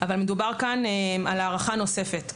אבל מדובר כאן על הארכה נוספת.